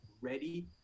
ready